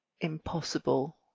impossible